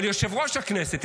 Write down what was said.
אבל יושב-ראש הכנסת,